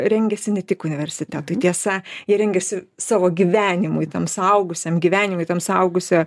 rengiasi ne tik universitetui tiesa jie rengiasi savo gyvenimui tam suaugusiam gyvenimui tam suaugusio